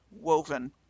woven